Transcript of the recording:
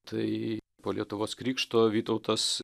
tai po lietuvos krikšto vytautas